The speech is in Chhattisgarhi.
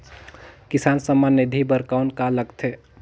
किसान सम्मान निधि बर कौन का लगथे?